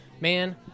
Man